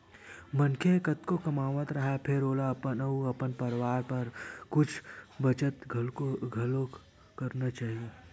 मनखे ह कतको कमावत राहय फेर ओला अपन अउ अपन परवार बर कुछ बचत घलोक करना चाही